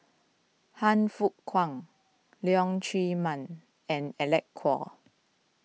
Han Fook Kwang Leong Chee Mun and Alec Kuok